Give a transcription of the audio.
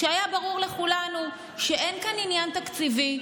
כשהיה ברור לכולנו שאין כאן עניין תקציבי,